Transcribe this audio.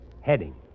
heading